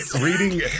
reading